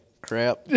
crap